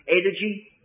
energy